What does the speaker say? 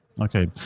okay